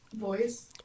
voice